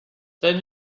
then